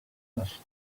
plush